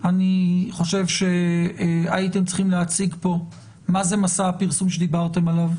אני חושב שהייתם צריכים להציג פה מה זה מסע הפרסום שדיברתם עליו.